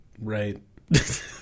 Right